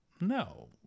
no